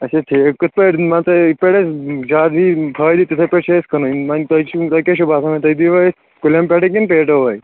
اچھا ٹھیٖک کِتھ پٲٹھۍ مان ژٕ یتھ پٲٹھۍ اسہِ زیادٕ ییہِ فٲیدٕ تِتھٕے پٲٹھۍ چھِ اسہِ کٕننۍ وۄنۍ تۄہہِ کیاہ چھ باسان تُہۍ دی وا اسہِ کُلٮ۪ن پیٹھٕے کنہٕ پیٹہِ واد